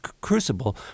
Crucible